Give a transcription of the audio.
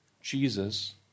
Jesus